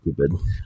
stupid